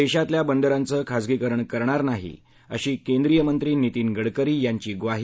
देशातल्या बंदरांचं खाजगीकरण करणार नाही अशी केंद्रीय मंत्री नितीन गडकरी यांची ग्वाही